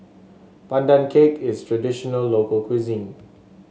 Pandan Cake is traditional local cuisine